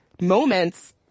moments